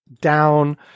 down